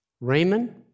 Raymond